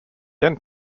then